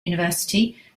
university